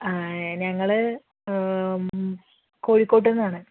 ആ ഞങ്ങള് കോഴിക്കോട്ടു നിന്നാണ്